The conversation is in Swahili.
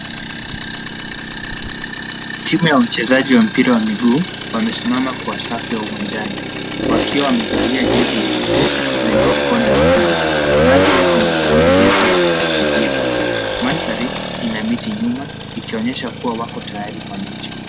Tumu ya wachezaji wa mpira wa miguu wamesimama kwa safu ya uwanjani. Wakiwa wamevalia jezi nyeupe, zenye mikono mekundo. Baadhi yao wamevalia jezi ya kijivu. Mandhari ina miti nyuma, ikionyesha kuwa wako tayari kwa mechi.